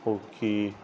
hockey